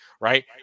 right